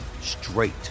straight